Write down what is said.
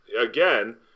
again